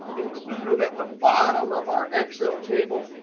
include room at the bottom of our excel table,